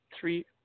three